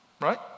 right